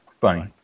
funny